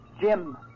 Jim